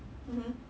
mmhmm